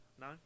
No